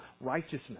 righteousness